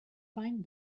find